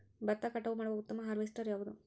ಭತ್ತ ಕಟಾವು ಮಾಡುವ ಉತ್ತಮ ಹಾರ್ವೇಸ್ಟರ್ ಯಾವುದು?